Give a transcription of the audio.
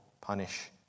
punish